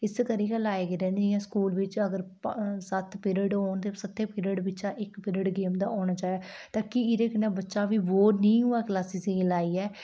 इस करियै गै लाए गेदे न स्कूल बिच्च अगर प सत्त पीरियड होन ते सत्तें पीरियड बिच्चा इक पीरियड गेम्स दा होना चाहिदा ता कि एह्दे कन्नै बच्चा बी बोर निं होऐ क्लासें गी लाइयै